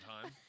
time